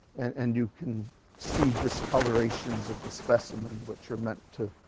and and you can see discolorations of the specimen which are meant to